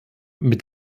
mit